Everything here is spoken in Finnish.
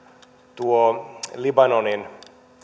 tuo libanonin